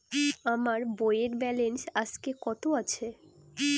আমার বইয়ের ব্যালেন্স আজকে কত আছে?